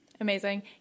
Amazing